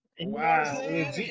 Wow